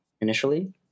initially